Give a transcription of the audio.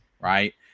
right